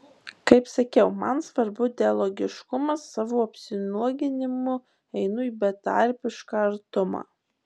kaip sakiau man svarbu dialogiškumas savo apsinuoginimu einu į betarpišką artumą